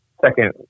second